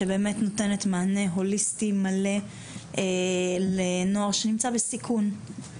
שבאמת נותנת מענה הוליסטי מלא לנוער שנמצא בסיכון.